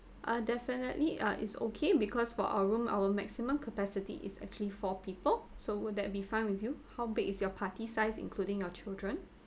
ah definitely uh it's okay because for a room our maximum capacity is actually four people so would that be fine with you how big is your party size including your children